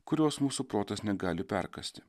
kurios mūsų protas negali perkąsti